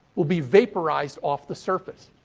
will be vaporized off the surface.